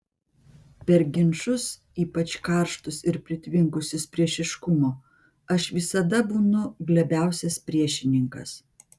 per ginčus ypač karštus ir pritvinkusius priešiškumo aš visada būnu glebiausias priešininkas